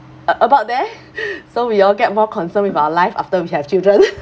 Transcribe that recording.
a~ about there so we all get more concerned with our life after we have children